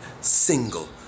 single